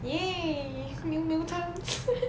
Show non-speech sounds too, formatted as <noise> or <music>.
!yay! the new mutants <laughs>